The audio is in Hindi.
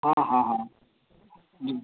हाँ हाँ हाँ जी